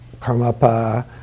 Karmapa